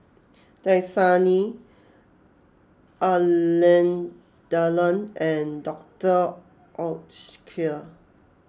Dasani Alain Delon and Doctor Oetker